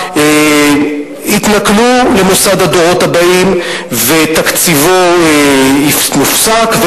וסיעתה התנכלו למוסד הדורות הבאים ותקציבו הופסק,